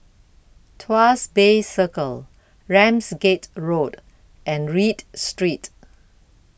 Tuas Bay Circle Ramsgate Road and Read Street